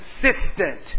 consistent